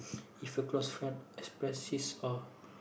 if your close friend express his or